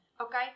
okay